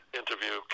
interview